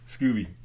Scooby